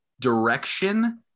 direction